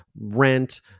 rent